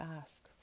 ask